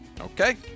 okay